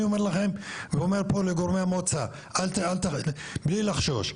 אני אומר לכם ואומר פה לגורמי המועצה: בלי לחשוש,